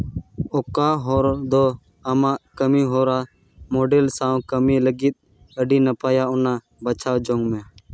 ᱚᱠᱟ ᱦᱚᱨ ᱫᱚ ᱟᱢᱟᱜ ᱠᱟᱹᱢᱤᱦᱚᱨᱟ ᱢᱚᱰᱮᱞ ᱥᱟᱶ ᱠᱟᱹᱢᱤ ᱞᱟᱹᱜᱤᱫ ᱟᱹᱰᱤ ᱱᱟᱯᱟᱭᱟ ᱚᱱᱟ ᱵᱟᱪᱷᱟᱣ ᱡᱚᱝ ᱢᱮ